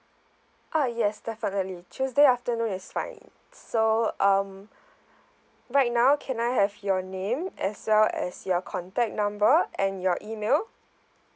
ah yes definitely tuesday afternoon is fine so um right now can I have your name as well as your contact number and your email